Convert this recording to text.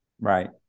Right